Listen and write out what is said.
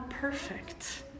perfect